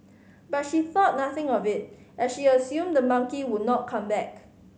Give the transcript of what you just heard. but she thought nothing of it as she assumed the monkey would not come back